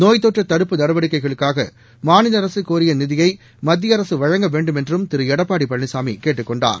நோய் தொற்றுதடுப்பு நடவடிக்கைகளுக்காக மாநில அரசு கோரிய நிதியை மத்திய அரசு வழங்க வேண்டுமென்றும் திரு எடப்பாடி பழனிசாமி கேட்டுக் கொண்டார்